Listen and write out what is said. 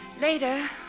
Later